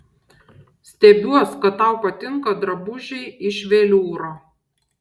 stebiuos kad tau patinka drabužiai iš veliūro